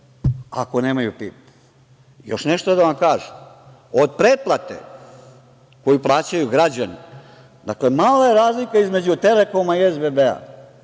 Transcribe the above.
ako nemaju PIB? Još nešto da vam kažem, od pretplate koju plaćaju građani, dakle mala je razlika između "Telekoma" i SBB.